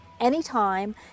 anytime